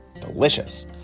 delicious